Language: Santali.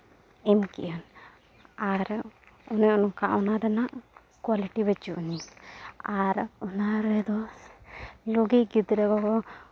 ᱮᱢ ᱠᱮᱜ ᱟᱹᱧ ᱟᱨ ᱚᱱᱮ ᱚᱱᱠᱟ ᱚᱱᱟ ᱨᱮᱱᱟᱜ ᱠᱳᱣᱟᱞᱤᱴᱤ ᱵᱟᱹᱪᱩᱜ ᱟᱹᱱᱤᱡ ᱟᱨ ᱚᱱᱟ ᱨᱮᱫᱚ ᱞᱚᱜᱮ ᱜᱤᱫᱽᱨᱟᱹ ᱠᱚ ᱠᱚ